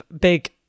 big